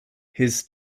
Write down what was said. his